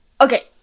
okay